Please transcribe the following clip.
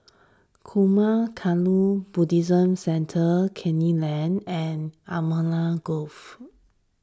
Zurmang Kagyud Buddhist Centre Canning Lane and Allamanda Grove